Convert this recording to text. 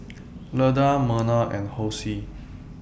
Leda Merna and Hosea